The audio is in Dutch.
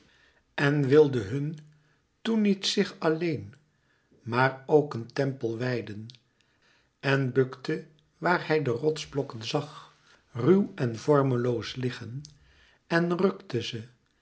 en wilde hun toen niet zich alleen maar ook een tempel wijden en bukte waar hij de rotsblokken zag ruw en vormeloos liggen en rukte